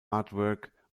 artwork